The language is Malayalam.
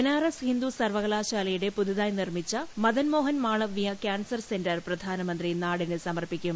ബനാറസ് ഹിന്ദു സർവ്വകലാൽട്ലയുടെ പുതുതായി നിർമ്മിച്ച മദൻമോഹൻ മാളവ്യ ക്യാൻസ്ർ സെന്റർ പ്രധാനമന്ത്രി നാടിന് സമർപ്പിക്കും